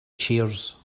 chairs